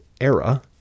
era